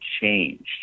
change